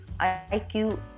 iq